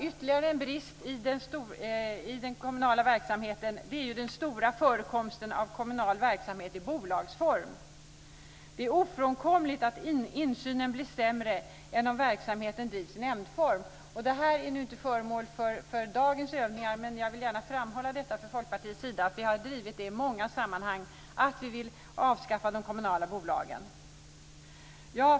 Ytterligare en brist i den kommunala verksamheten är den stora förekomsten av kommunal verksamhet i bolagsform. Det är ofrånkomligt att insynen blir sämre än om verksamheten drivs i nämndform. Det här är inte föremål för dagens övningar, men jag vill gärna framhålla detta att vi från Folkpartiets sida har drivit i många sammanhang att vi vill avskaffa de kommunala bolagen.